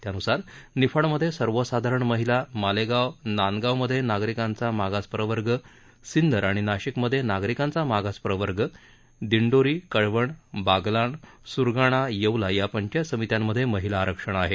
त्यानुसार निफाडमध्ये सर्वसाधारण महिला मालेगाव नांदगावमध्ये नागरिकांचा मागास प्रवर्ग सिन्नर आणि नाशिकमध्ये नागरिकांचा मागास प्रवर्ग दिंडोरी कळवण बागलाण सुरगाणा येवला या पंचायत समित्यांमध्ये महिला आरक्षण आहे